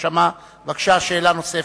להתקבל בתקופה הקרובה בפרקליטות המדינה.